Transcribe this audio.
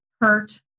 hurt